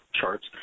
charts